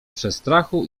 przestrachu